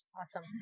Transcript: Awesome